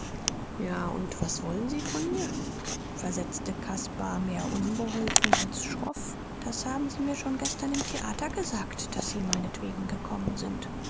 ja und was wollen sie von mir versetzte caspar mehr unbeholfen als schroff das haben sie mir schon gestern im theater gesagt daß sie meinetwegen gekommen sind